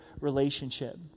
relationship